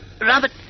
Robert